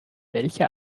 welche